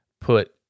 put